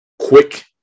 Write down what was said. quick